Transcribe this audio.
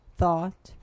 thought